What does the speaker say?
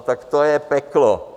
Tak to je peklo.